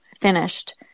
finished